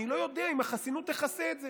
אני לא יודע אם החסינות תכסה את זה.